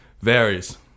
Varies